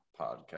podcast